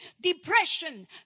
Depression